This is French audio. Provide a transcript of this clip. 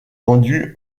vendu